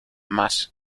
matte